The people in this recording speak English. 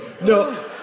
No